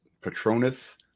Patronus